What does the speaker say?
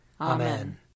Amen